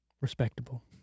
Respectable